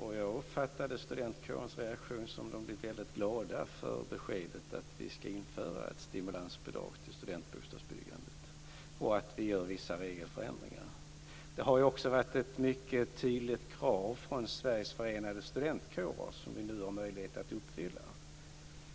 Jag uppfattade studentkårens reaktion som att de blev väldigt glada över beskedet att vi ska införa ett stimulansbidrag till studentbostadsbyggandet och att vi gör vissa regelförändringar. Det har också varit ett mycket tydligt krav från Sveriges förenade studentkårer, ett krav som vi nu har möjlighet att uppfylla.